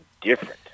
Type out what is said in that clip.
different